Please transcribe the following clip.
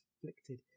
afflicted